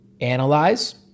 analyze